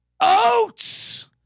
Oats